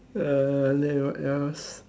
uh then what else